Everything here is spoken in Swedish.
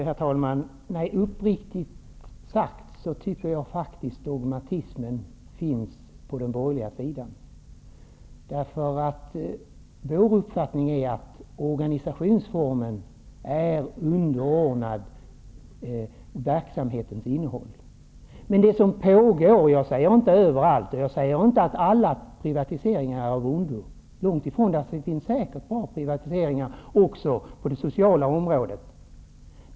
Herr talman! Uppriktigt sagt tycker jag faktiskt att dogmatismen finns på den borgerliga sidan. Vår uppfattning är nämligen att organisationsformen är underordnad verksamhetens innehåll. Jag säger inte att det är dåligt överallt, och jag säger inte heller att alla privatiseringar är av ondo, långtifrån. Det finns säkert bra privatiseringar även på det sociala området.